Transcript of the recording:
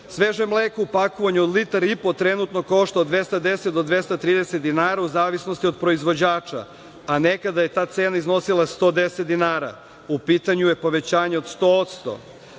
sveže mleko u pakovanju od litar i po trenutno košta od 210 do 230 dinara, u zavisnosti od proizvođača, a nekada je ta cena iznosila 110 dinara. U pitanju je povećanje od 100%.